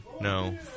No